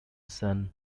son